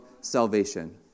salvation